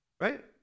right